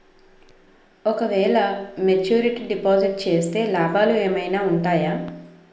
ఓ క వేల maturity deposit చేస్తే లాభాలు ఏమైనా ఉంటాయా?